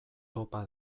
topa